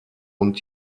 und